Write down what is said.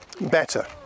better